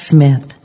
Smith